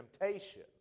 temptation